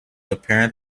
apparent